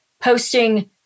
posting